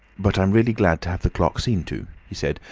but i'm really glad to have the clock seen to, he said,